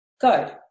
go